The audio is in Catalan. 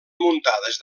muntades